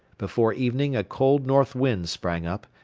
before evening a cold north wind sprang up,